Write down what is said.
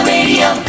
Radio